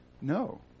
No